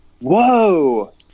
whoa